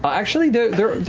but actually there are,